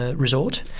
ah resort,